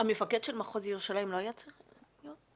המפקד של מחוז ירושלים לא היה צריך להיות?